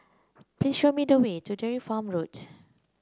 please show me the way to Dairy Farm Road